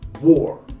war